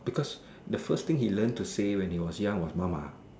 because the first thing he learn to say was mama